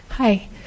Hi